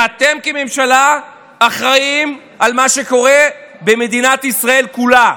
אתם כממשלה אחראים למה שקורה במדינת ישראל כולה.